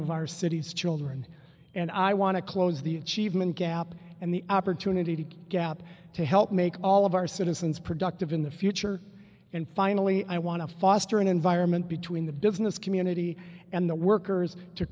of our city's children and i want to close the achievement gap and the opportunity gap to help make all of our citizens productive in the future and finally i want to foster an environment between the difference community and the workers to